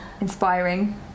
Inspiring